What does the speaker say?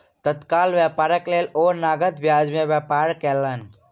तत्काल व्यापारक लेल ओ नकद बजार में व्यापार कयलैन